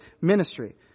ministry